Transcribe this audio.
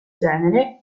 genere